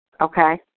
okay